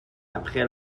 après